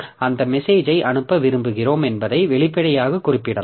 அந்தச் மெசேஜ்யை அனுப்ப விரும்புகிறோம் என்பதை வெளிப்படையாகக் குறிப்பிடலாம்